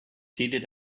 seated